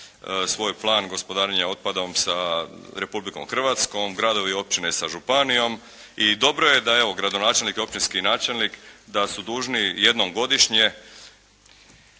svoj plan gospodarenja otpadom sa Republikom Hrvatskom, gradovi i općine sa županijom i dobro je da evo gradonačelnik i općinski načelnik da su dužni jednom godišnje